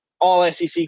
All-SEC